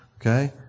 okay